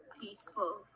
peaceful